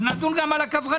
אז נדון גם על הקברנים.